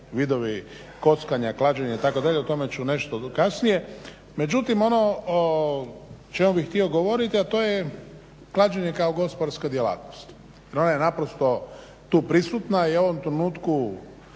vidovi kockanja, klađenja itd. o tome ću nešto kasnije. Međutim ono o čemu bih htio govoriti, a to je klađenje kao gospodarska djelatnost jer ona je tu prisutna i u ovom trenutku